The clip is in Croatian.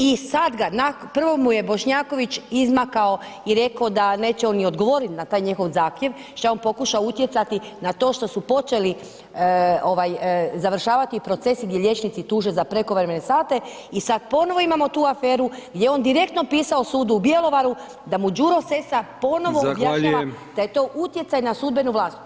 I sad ga, prvo mu Bošnjaković izmakao i rekao da neće on ni odgovorit na taj njihov zahtjev što je on pokušao utjecati na to što su počeli ovaj završavati procesi gdje liječnici tuže za prekovremene sate i sad ponovo imamo tu aferu gdje je on direktno pisao sudu u Bjelovaru, da mu Đuro Sessa ponovo objašnjava [[Upadica: Zahvaljujem.]] da je to utjecaj na sudbenu vlast.